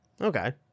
Okay